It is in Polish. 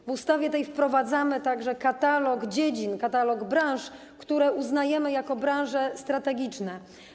W tej ustawie wprowadzamy także katalog dziedzin, katalog branż, które uznajemy za branże strategiczne.